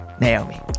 Naomi